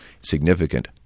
significant